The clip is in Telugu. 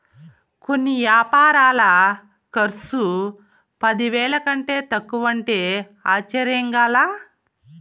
కొన్ని యాపారాల కర్సు పదివేల కంటే తక్కువంటే ఆశ్చర్యంగా లా